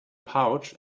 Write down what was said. pouch